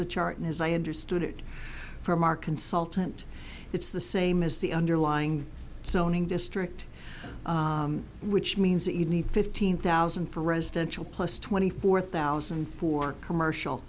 the chart and as i understood it from our consultant it's the same as the underlying zoning district which means that you need fifteen thousand for residential plus twenty four thousand for commercial